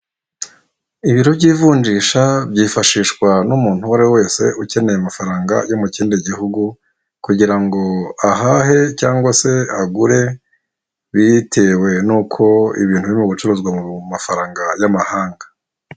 Ibiro by'ivunjisha byifashishwa n'umuntu uwo ari wese ukeneye amafaranga yo mu kindi Gihugu kugira ngo ahahe cyangwa se agure bitewe n'uko ibintu biririmo gucuruzwa mu mafaranga y'amahanga.